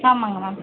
ஆமாம்ங்க மேம்